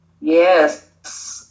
Yes